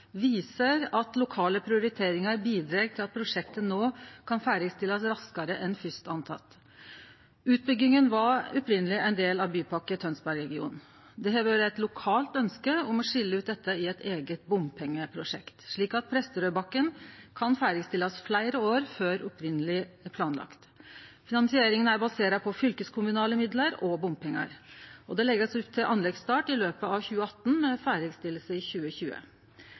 viser at lokale prioriteringar bidreg til at prosjektet no kan ferdigstillast raskare enn fyrst anteke. Utbygginga var opphavleg ein del av Bypakke Tønsberg-regionen. Det har vore eit lokalt ønske om å skilje ut dette i eit eige bompengeprosjekt, slik at Presterødbakken kan ferdigstillast fleire år før opphavleg planlagd. Finansieringa er basert på fylkeskommunale midlar og bompengar. Det blir lagt opp til anleggsstart i løpet av 2018, med ferdigstilling i 2020.